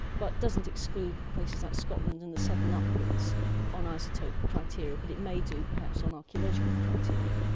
but doesn't exclude places like scotland and the southern uplands on isotope criteria, but it may do perhaps on archaeological criteria.